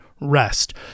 rest